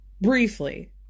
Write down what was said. Briefly